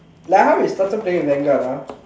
like how you started playing Vanguard ah